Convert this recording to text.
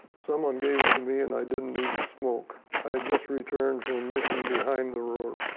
someone gave it to me, and i didn't even smoke. i had just returned from a mission behind the ruhr.